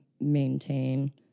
maintain